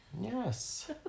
Yes